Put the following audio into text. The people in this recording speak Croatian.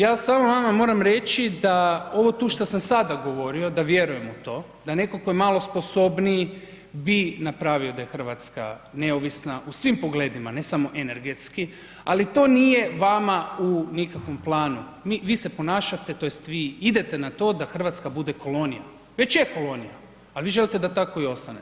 Ja samo vama moram reći da ovo tu što sam sada govorio, da vjerujem u to, da neko ko je malo sposobniji bi napravio da je Hrvatska neovisna u svim pogledima, ne samo energetski ali to nije vama u nikakvom planu, vi se ponašate, tj. vi idete na to da Hrvatska bude kolonija, već je kolonija ali vi želite da tako i ostane.